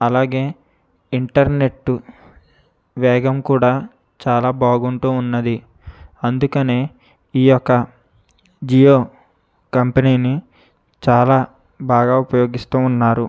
అలాగే ఇంటర్నెట్ వేగం కూడా చాలా బాగుంటున్నాది అందుకనే ఈ యొక్క జియో కంపెనీని చాలా బాగా ఉపయోగిస్తూ ఉన్నారు